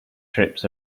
trips